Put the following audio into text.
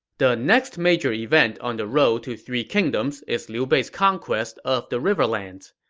the next major event on the road to three kingdoms is liu bei's conquest of the riverlands.